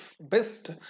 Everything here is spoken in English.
best